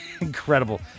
incredible